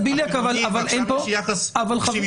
חבר הכנסת בליאק --- עכשיו יש יחס שוויוני,